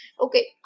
Okay